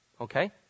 Okay